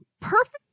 perfect